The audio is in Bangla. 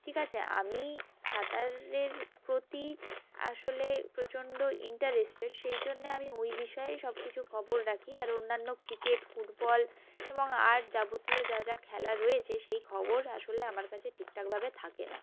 ঠিক আছে আমি সাঁতারের প্রতি আসলে প্রচণ্ড ইন্টারেস্টেড সেই জন্য আমি ওই বিষয়েই সব কিছু খবর রাখি আর অন্যান্য ক্রিকেট ফুটবল এবং আর যাবতীয় যা যা খেলা রয়েছে সেই খবর আসলে আমার কাছে ঠিকঠাকভাবে থাকে না